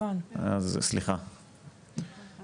נשמע איפה אנחנו עומדים.